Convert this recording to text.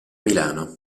milano